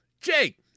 Jake